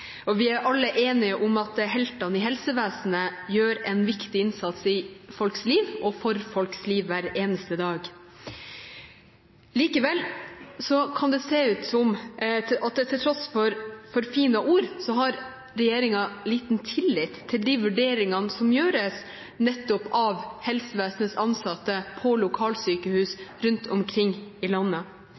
og vi er alle enige om at heltene i helsevesenet gjør en viktig innsats i folks liv – og for folks liv – hver eneste dag. Likevel kan det, til tross for fine ord, se ut som om regjeringen har liten tillit til de vurderingene som gjøres nettopp av helsevesenets ansatte på lokalsykehus rundt omkring i landet.